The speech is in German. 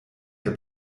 der